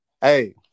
Hey